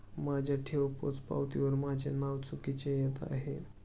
माझ्या ठेव पोचपावतीवर माझे नाव चुकीचे येत आहे